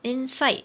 inside